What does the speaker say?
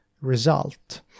result